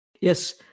Yes